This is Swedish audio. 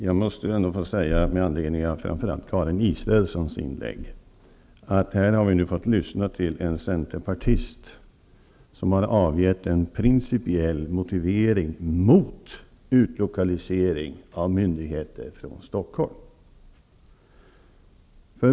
Fru talman! Jag måste med anledning av framför allt Karin Israelssons inlägg få säga att vi nu har fått lyssna till en centerpartist som har avgett en principiell motivering mot utlokalisering av myndigheter från Stockholm.